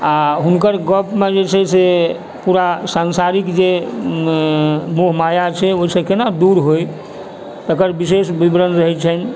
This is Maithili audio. आओर हुनकर गपमे जे छै से पूरा सांसारिक जे मोहमाया छै ओहिसँ कोना दूर होइ तकर विशेष विवरण रहैत छन्हि